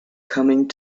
coming